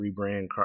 rebrand